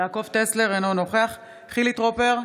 יעקב טסלר, אינו נוכח חילי טרופר,